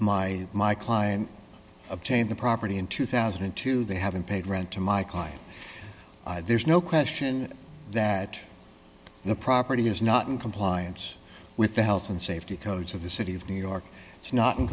my my client obtained the property in two thousand and two they haven't paid rent to my client there's no question that the property is not in compliance with the health and safety codes of the city of new york it's not in